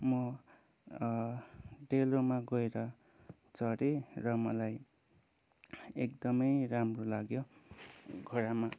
म डेलोमा गएर चढेँ र मलाई एकदमै राम्रो लाग्यो घोडामा